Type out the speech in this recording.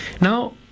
Now